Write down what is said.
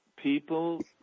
people